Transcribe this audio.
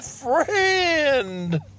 friend